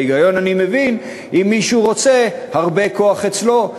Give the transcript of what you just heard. את ההיגיון אני מבין אם מישהו רוצה הרבה כוח אצלו,